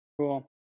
Cool